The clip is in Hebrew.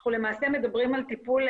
אנחנו למעשה מדברים על טיפול,